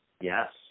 Yes